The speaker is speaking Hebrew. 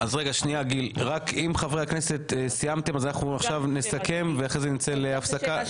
אם חברי הכנסת סיימתם, נסכם ואחר כך נצא להפסקה.